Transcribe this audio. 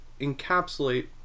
encapsulate